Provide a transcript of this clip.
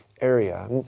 area